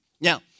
Now